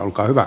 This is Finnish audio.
olkaa hyvä